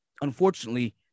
unfortunately